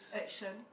action